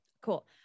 Cool